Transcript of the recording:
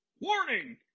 Warning